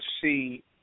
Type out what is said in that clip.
see